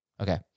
Okay